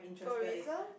tourism